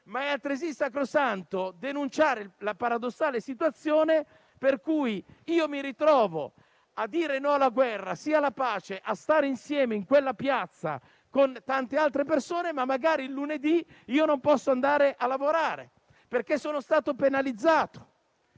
lo è altresì il fatto di denunciare la paradossale situazione per cui mi ritrovo a dire no alla guerra e sì alla pace, a stare insieme in piazza con tante altre persone, e magari il lunedì a non poter andare a lavorare, perché sono stato penalizzato.